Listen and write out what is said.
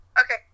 Okay